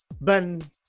Ben